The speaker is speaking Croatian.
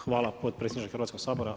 Hvala potpredsjedniče Hrvatskog sabora.